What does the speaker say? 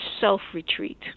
self-retreat